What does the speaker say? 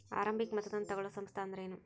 ಆರಂಭಿಕ್ ಮತದಾನಾ ತಗೋಳೋ ಸಂಸ್ಥಾ ಅಂದ್ರೇನು?